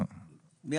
מה